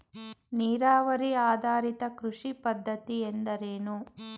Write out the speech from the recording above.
ನೀರಾವರಿ ಆಧಾರಿತ ಕೃಷಿ ಪದ್ಧತಿ ಎಂದರೇನು?